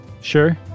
Sure